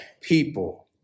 people